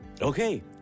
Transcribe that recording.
Okay